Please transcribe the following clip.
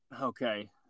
Okay